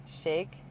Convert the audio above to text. Shake